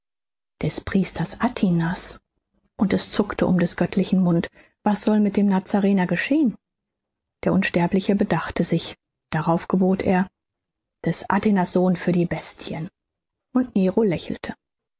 des priesters atinas und es zuckte um des göttlichen mund was soll mit dem nazarener geschehen und der unsterbliche bedachte sich darauf gebot er des atinas sohn für die bestien und nero lächelte